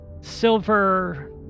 silver